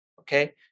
okay